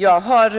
Jag har